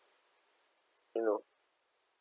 you know